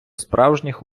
справжніх